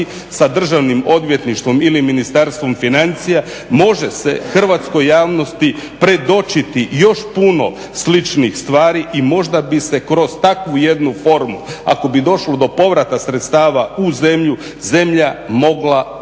sa Državnim odvjetništvom ili Ministarstvom financija može se hrvatskoj javnosti predočiti još puno sličnih stvari i možda bi se kroz takvu jednu formu ako bi došlo do povrata sredstava u zemlju, zemlja mogla polako